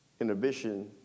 inhibition